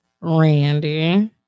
Randy